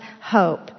hope